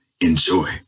enjoy